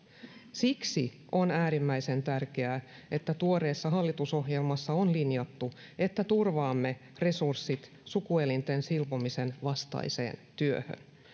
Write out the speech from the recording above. siksi on äärimmäisen tärkeää että tuoreessa hallitusohjelmassa on linjattu että turvaamme resurssit sukuelinten silpomisen vastaiseen työhön